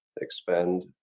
expand